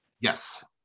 Yes